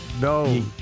no